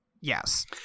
yes